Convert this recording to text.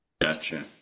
Gotcha